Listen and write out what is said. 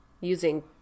Using